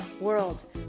world